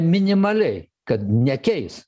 minimaliai kad nekeis